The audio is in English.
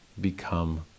Become